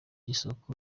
isoko